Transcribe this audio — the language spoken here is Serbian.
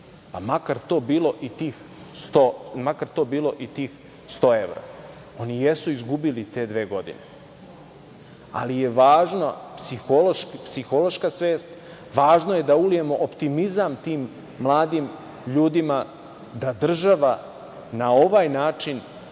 makar to bilo i tih 100 evra. Oni jesu izgubili te dve godine, ali je važno, psihološka svest, važno je da ulijemo optimizam tim mladim ljudima da država na ovaj način